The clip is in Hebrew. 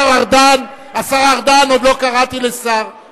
אנחנו לא יודעים לתקן בשנתיים מה שהם קלקלו,